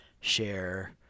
share